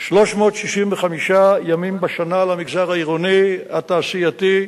365 ימים בשנה, למגזר העירוני, התעשייתי,